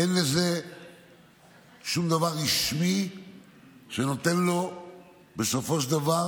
אין בזה שום דבר רשמי שנותן בסופו של דבר